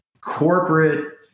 corporate